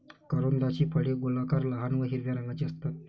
करोंदाची फळे गोलाकार, लहान व हिरव्या रंगाची असतात